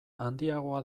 handiagoa